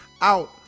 out